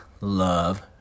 love